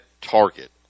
target